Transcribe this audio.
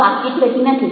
વાતચીત નથી